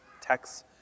texts